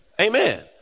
Amen